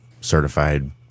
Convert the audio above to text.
certified